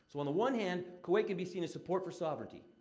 so, on the one hand, kuwait can be seen as support for sovereignty.